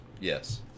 yes